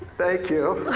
thank you!